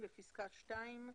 בפסקה (2),